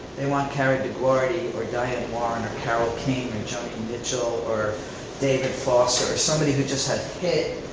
they want carrie dioguardi, or diane warren, or carole king, and joni mitchell, or david foster, or somebody who just had hit,